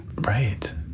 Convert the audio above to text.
Right